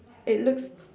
it looks